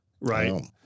right